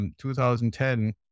2010